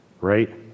Right